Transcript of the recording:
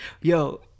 Yo